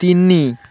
ତିନି